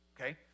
okay